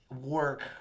work